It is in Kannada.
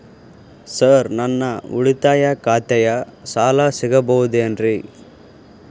ಸರ್ ನನ್ನ ಉಳಿತಾಯ ಖಾತೆಯ ಸಾಲ ಸಿಗಬಹುದೇನ್ರಿ?